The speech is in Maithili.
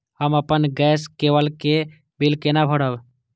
हम अपन गैस केवल के बिल केना भरब?